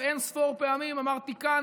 ואין-ספור פעמים אמרתי כאן,